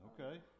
Okay